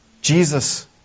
Jesus